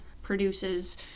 produces